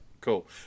Cool